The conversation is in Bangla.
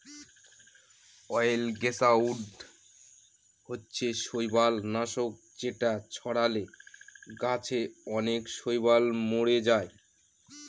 অয়েলগেসাইড হচ্ছে শৈবাল নাশক যেটা ছড়ালে গাছে অনেক শৈবাল মোরে যায়